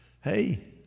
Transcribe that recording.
hey